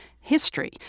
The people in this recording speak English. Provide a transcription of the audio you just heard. history